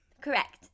correct